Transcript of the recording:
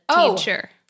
teacher